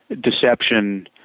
deception